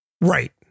Right